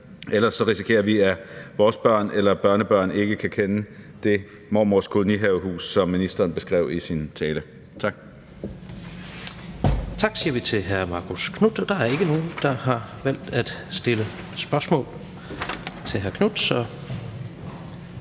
Ellers risikerer vi, at vores børn eller børnebørn ikke kan kende mormors kolonihavehus, som ministeren beskrev i sin tale. Tak. Kl. 17:05 Tredje næstformand (Jens Rohde): Tak siger vi til hr. Marcus Knuth. Der er ikke nogen, der har valgt at stille spørgsmål til hr. Marcus